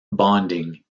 bonding